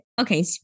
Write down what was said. okay